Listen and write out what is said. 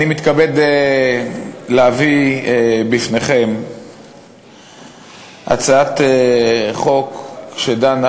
אני מתכבד להביא בפניכם הצעת חוק שדנה